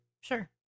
Sure